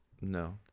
No